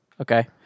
Okay